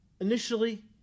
initially